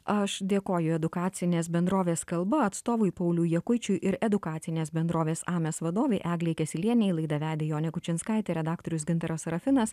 aš dėkoju edukacinės bendrovės kalba atstovui pauliui jakučiui ir edukacinės bendrovės ames vadovei eglei kesylienei laidą vedė jonė kučinskaitė redaktorius gintaras serafinas